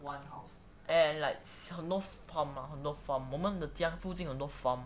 one house and like 很多 farm 我们的家附近很多 farm